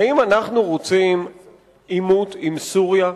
האם אנחנו רוצים עימות עם סוריה?